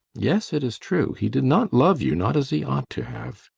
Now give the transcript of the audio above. yes, it is true. he did not love you not as he ought to have.